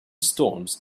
storms